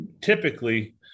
typically